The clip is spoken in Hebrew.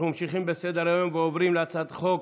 עשרה חברי כנסת הצביעו בעד הצעת החוק,